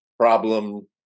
problem